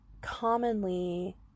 commonly